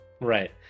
Right